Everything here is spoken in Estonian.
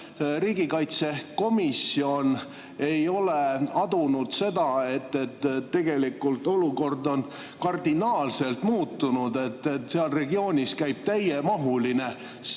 riigikaitsekomisjon ei ole adunud, et tegelikult olukord on kardinaalselt muutunud, et seal regioonis käib täiemahuline sõda,